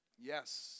Yes